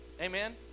Amen